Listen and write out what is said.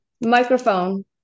microphone